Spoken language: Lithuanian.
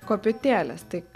kopėtėlės taip